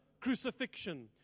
crucifixion